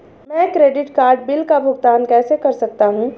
मैं credit card bill का भुगतान कैसे कर सकता हूं?